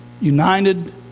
United